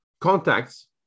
contacts